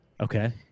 Okay